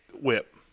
Whip